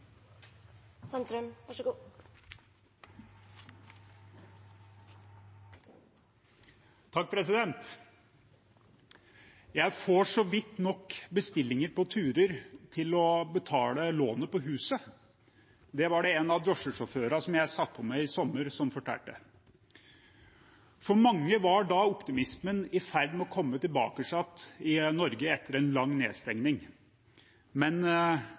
Jeg får så vidt nok bestillinger på turer til å betale lånet på huset. Det var det en av drosjesjåførene som jeg satt på med i sommer, som fortalte. For mange var da optimismen i ferd med å komme tilbake i Norge etter en lang nedstengning, men